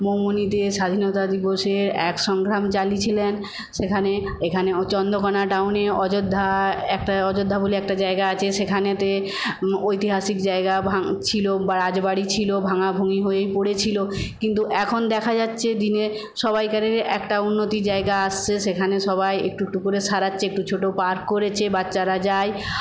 মৌবনিতে স্বাধীনতা দিবসের এক সংগ্রাম চালিয়েছিলেন সেখানে এখানে চন্দ্রকোণা টাউনে অযোধ্যা একটা অযোধ্যা বলে একটা জায়গা আছে সেখানেতে ঐতিহাসিক জায়গা ভাং ছিল রাজবাড়ি ছিল ভাঙা ভুঙি হয়ে পরেছিল কিন্তু এখন দেখা যাচ্ছে দিনে সবাইকারেরই একটা উন্নতি জায়গা আসছে সেখানে সবাই একটু একটু করে সারাচ্ছে একটু ছোটো পার্ক করেছে বাচ্চারা যায়